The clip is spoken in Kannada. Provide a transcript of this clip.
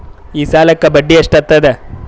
ಈ ಸಾಲಕ್ಕ ಬಡ್ಡಿ ಎಷ್ಟ ಹತ್ತದ?